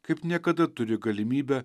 kaip niekada turi galimybę